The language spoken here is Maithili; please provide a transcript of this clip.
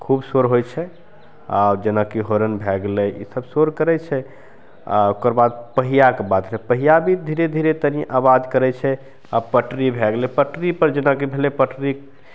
खूब शोर होइ छै आओर जेनाकि हौरन भै गेलै ईसब शोर करै छै आओर ओकर बाद पहियाके बात रहै पहिया भी धीरे धीरे तनि आवाज करै छै आओर पटरी भै गेलै पटरीपर जेनाकि भेलै पटरी